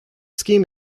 scheme